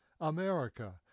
America